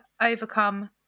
overcome